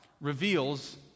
reveals